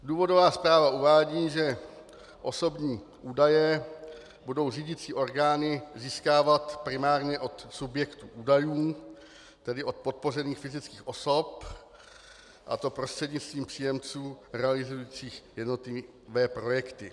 Důvodová zpráva uvádí, že osobní údaje budou řídicí orgány získávat primárně od subjektů údajů, tedy od podpořených fyzických osob, a to prostřednictvím příjemců realizujících jednotlivé projekty.